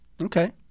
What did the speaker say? Okay